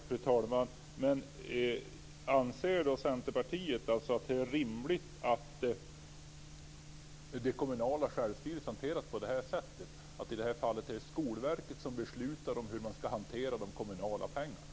Fru talman! Anser då Centerpartiet att det är rimligt att det kommunala självstyret hanteras på det här sättet, dvs. att det i det här fallet är Skolverket som beslutar hur man skall hantera de kommunala pengarna?